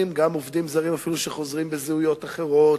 עובדים זרים שאפילו חוזרים בזהויות אחרות,